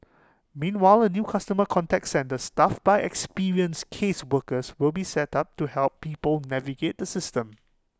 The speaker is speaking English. meanwhile A new customer contact centre staffed by experienced caseworkers will be set up to help people navigate the system